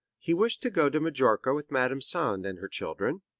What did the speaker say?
he wished to go to majorca with madame sand and her children,